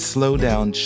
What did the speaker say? Slowdown